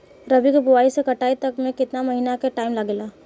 रबी के बोआइ से कटाई तक मे केतना महिना के टाइम लागेला?